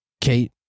Kate